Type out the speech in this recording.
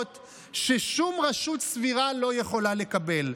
ש'שום רשות סבירה לא יכולה לקבל',